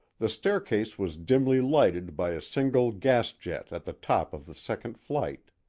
the staircase was dimly lighted by a single gas-jet at the top of the second flight.